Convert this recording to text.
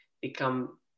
become